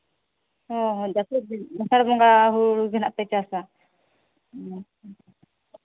ᱦᱮᱸ ᱦᱮᱸ ᱡᱟᱹᱯᱩᱫ ᱫᱤᱱ ᱟᱥᱟᱲ ᱵᱚᱸᱜᱟ ᱦᱩᱲᱩ ᱜᱮᱦᱟᱸᱜ ᱯᱮ ᱪᱟᱥᱟ ᱟᱪᱪᱷᱟ